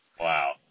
Wow